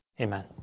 amen